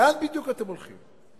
לאן בדיוק אתם הולכים?